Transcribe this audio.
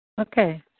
Okay